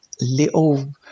little